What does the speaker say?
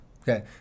Okay